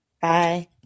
Bye